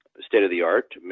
state-of-the-art